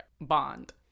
bond